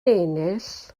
ennill